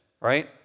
right